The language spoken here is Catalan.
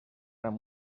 amb